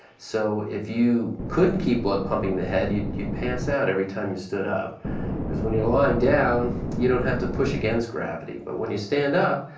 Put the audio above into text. so, if you couldn't keep blood pumping in the head, you'd you'd pass out every time you stood up because when you're lying down, you don't have to push against gravity. but when you stand up,